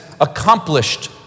accomplished